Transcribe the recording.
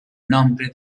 nombre